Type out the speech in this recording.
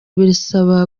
birasaba